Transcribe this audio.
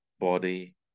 body